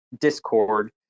discord